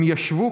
הם ישבו,